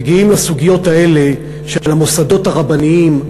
מגיעים לסוגיות האלה של המוסדות הרבניים,